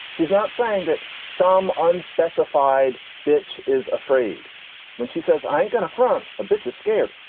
she's not saying that some unspecified bitch is afraid when she says i ain't going to front a bit, just scared,